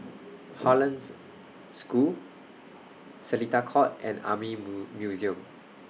Hollandse School Seletar Court and Army Museum